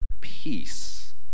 peace